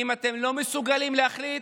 אם אתם לא מסוגלים להחליט,